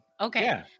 Okay